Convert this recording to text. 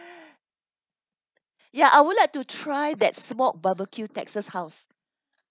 ya I would like to try that smoke barbecue texas house